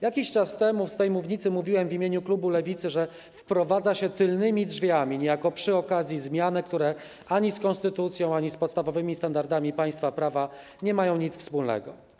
Jakiś czas temu z tej mównicy mówiłem w imieniu klubu Lewicy, że wprowadza się tylnymi drzwiami, niejako przy okazji zmiany, które ani z konstytucją, ani z podstawowymi standardami państwa prawa nie mają nic wspólnego.